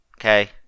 Okay